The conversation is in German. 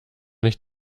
nicht